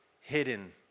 hidden